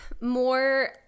more